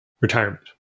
Retirement